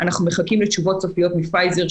המגפה הזו הולכת ומתפשטת.